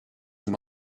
sous